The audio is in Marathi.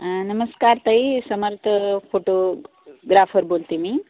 नमस्कार ताई समर्थ फोटोग्राफर बोलते मी